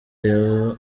rayon